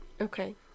Okay